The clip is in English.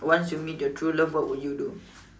once you meet your true love what would you do